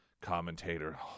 commentator